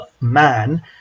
man